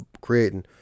creating